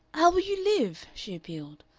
how will you live? she appealed.